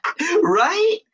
right